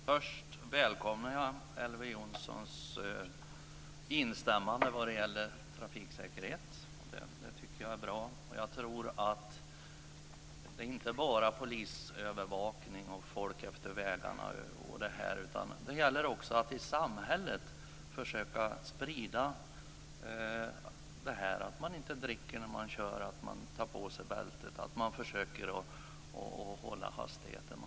Fru talman! Först välkomnar jag Elver Jonssons instämmande när det gäller trafiksäkerhet. Det tycker jag är bra. Jag tror inte att det bara behövs polisövervakning och folk efter vägarna, utan det gäller också att vi försöker sprida detta att man inte dricker när man kör, att man tar på sig bältet och att man försöker hålla hastigheten i samhället.